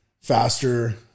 faster